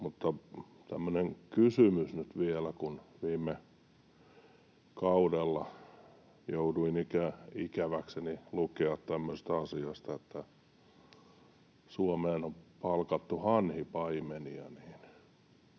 tämmöinen kysymys nyt vielä, kun viime kaudella jouduin ikäväkseni lukemaan tämmöisestä asiasta, että Suomeen on palkattu hanhipaimenia.